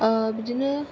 बिदिनो